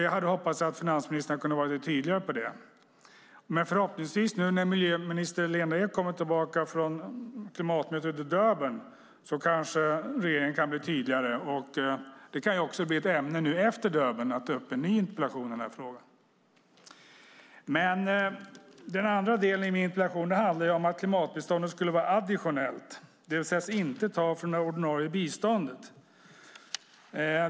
Jag hoppades att finansministern skulle kunna vara lite tydligare när det gäller detta. Förhoppningsvis kan regeringen bli tydligare när miljöminister Lena Ek kommer tillbaka från klimatmötet i Durban. Kanske kan det bli ett ämne för en ny interpellation i den här frågan. Den andra delen i min interpellation handlade om att klimatbiståndet skulle vara additionellt, det vill säga inte tas från det ordinarie biståndet.